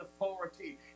authority